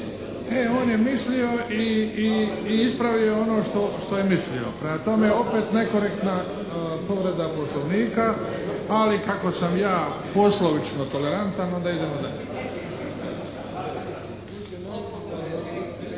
on je mislio i ispravio je ono što je mislio. Prema tome, opet nekorektna povreda Poslovnika. Ali kako sam poslovično tolerantna onda idemo dalje.